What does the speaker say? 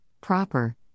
proper